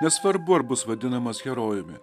nesvarbu ar bus vadinamas herojumi